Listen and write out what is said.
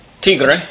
Tigre